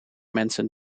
mensen